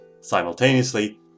Simultaneously